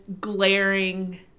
glaring